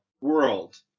world